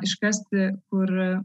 iškasti kur